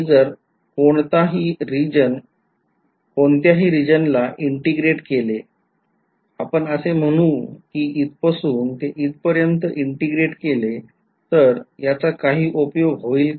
मी जर कोणतयाही रिजन ला integrate केले आपण असे म्हणू कि इथपासून ते इथपर्यन्त integrate केले तर याचा काही उपयोग होईल का